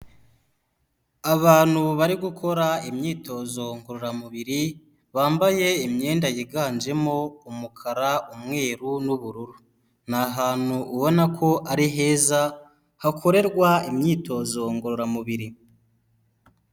Abantu bari gukora imyitozo ngororamubiri, bambaye imyenda yiganjemo umukara, umweru n'ubururu, ni ahantu ubona ko ari heza, hakorerwa imyitozo ngororamubiri.